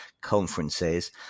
conferences